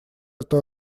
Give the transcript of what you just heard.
эту